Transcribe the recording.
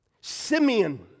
Simeon